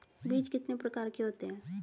बीज कितने प्रकार के होते हैं?